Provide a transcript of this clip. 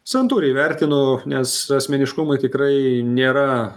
santūriai vertinu nes asmeniškumai tikrai nėra